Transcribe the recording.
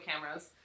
cameras